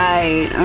Right